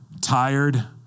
tired